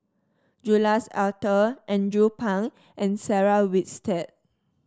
Jules Itier Andrew Phang and Sarah Winstedt